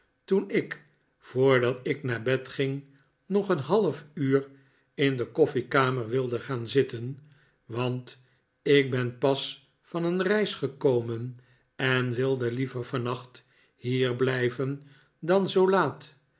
toen ik voordat ik naar bed ging nog een half ifur in de koffiekamer wilde gaan zitten want ik ben pas van een reis gekomen en wilde liever vannacht hier blijven dan zoo laat